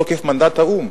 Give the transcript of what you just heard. ראויה.